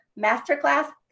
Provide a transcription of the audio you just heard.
Masterclass